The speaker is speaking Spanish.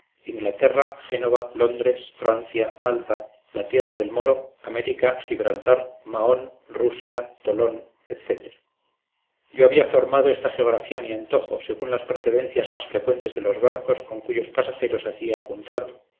inglaterra génova londres francia malta la tierra del moro américa gibraltar mahón rusia tolón etc yo había formado esta geografía a mi antojo según las procedencias más frecuentes de los barcos con cuyos pasajeros hacía algún trato